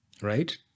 right